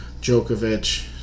Djokovic